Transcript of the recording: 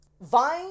Vine